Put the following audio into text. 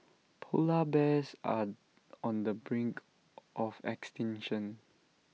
Polar Bears are on the brink of extinction